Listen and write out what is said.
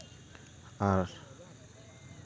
ᱟᱨ